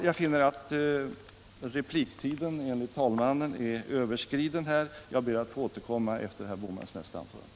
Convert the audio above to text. Jag finner att jag överskridit min repliktid och ber att få återkomma efter herr Bohmans nästa anförande.